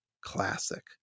classic